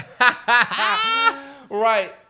Right